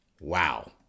Wow